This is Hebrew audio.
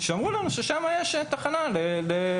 שאמרו לנו שבה יש שם תחנה ל"בטים".